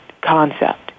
concept